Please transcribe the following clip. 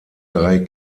drei